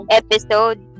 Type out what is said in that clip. episode